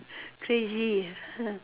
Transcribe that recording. crazy